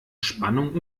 spannung